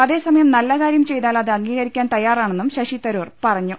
അതേ സമയം നല്ലകാര്യം ചെയ്താൽ അത് അംഗീകരിക്കാൻ തയ്യാറാണെന്നും ശശിതരൂർ പറഞ്ഞു